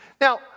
Now